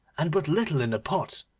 and but little in the pot,